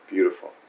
Beautiful